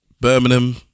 Birmingham